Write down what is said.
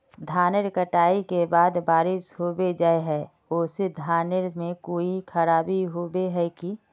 धानेर कटाई के बाद बारिश होबे जाए है ओ से धानेर में कोई खराबी होबे है की?